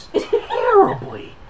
terribly